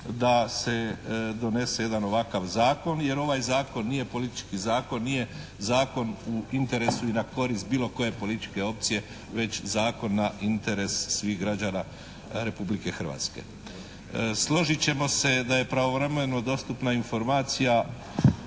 da se donese jedan ovakav Zakon, jer ovaj zakon nije politički zakon, nije zakon u interesu i na korist bilo koje političke opcije već zakon na interes svih građana Republike Hrvatske. Složit ćemo se da je pravovremeno dostupna informacija